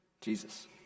Jesus